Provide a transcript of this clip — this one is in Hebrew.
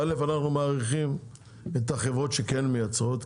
אנחנו מעריכים את החברות שכן מייצרות,